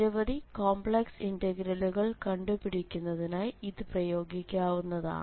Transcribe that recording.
നിരവധി കോംപ്ലക്സ് ഇന്റഗ്രലുകൾ കണ്ടുപിടിക്കുന്നതിനായി ഇത് പ്രയോഗിക്കാവുന്നതാണ്